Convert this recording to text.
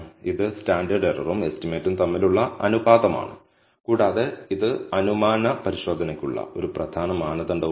ഇത് സ്റ്റാൻഡേർഡ് എററും എസ്റ്റിമേറ്റും തമ്മിലുള്ള അനുപാതമാണ് കൂടാതെ ഇത് അനുമാന പരിശോധനയ്ക്കുള്ള ഒരു പ്രധാന മാനദണ്ഡവുമാണ്